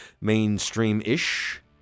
mainstream-ish